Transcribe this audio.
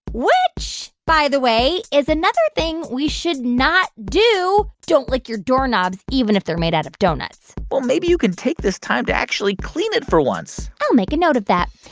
which by the way is another thing we should not do. don't lick your doorknobs, even if they're made out of doughnuts well, maybe you could take this time to actually clean it for once i'll make a note of that.